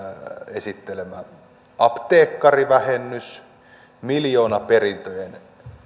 esittelemä apteekkarivähennys miljoonaperintöjen